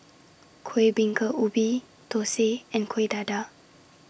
Kuih Bingka Ubi Thosai and Kuih Dadar